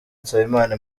nsabimana